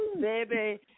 Baby